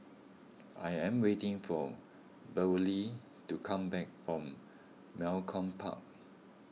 I am waiting for Beverlee to come back from Malcolm Park